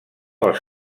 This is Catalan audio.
als